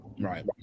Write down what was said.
right